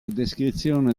descrizione